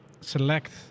select